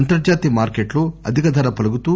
అంతర్జాతీయ మార్కెట్లో అధిక ధర పలుకుతూ